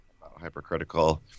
Hypercritical